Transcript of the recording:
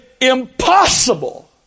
impossible